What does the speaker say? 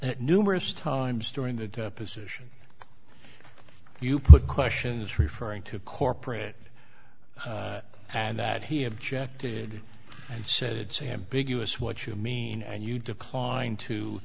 that numerous times during the deposition you put questions referring to corporate and that he objected and said say ambiguous what you mean and you decline to